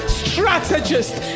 strategist